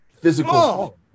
physical